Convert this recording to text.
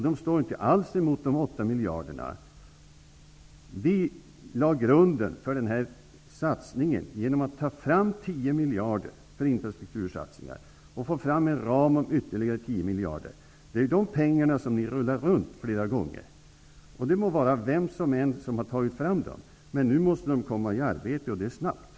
De svarar inte alls mot de 8 Vi lade grunden till denna satsning genom att ta fram 10 miljarder för infrastruktursatsningar och få fram en ram om ytterligare 10 miljarder. Det är de pengarna som ni nu rullar runt flera gånger. Men oavsett vem som än har tagit fram dem måste de nu komma i arbete, och det snabbt.